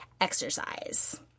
exercise